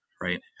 right